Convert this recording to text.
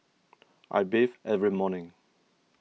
I bathe every morning